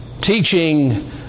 teaching